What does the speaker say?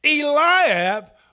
Eliab